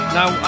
Now